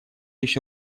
еще